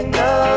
no